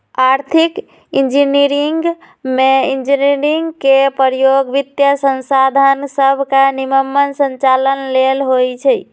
आर्थिक इंजीनियरिंग में इंजीनियरिंग के प्रयोग वित्तीयसंसाधन सभके के निम्मन संचालन लेल होइ छै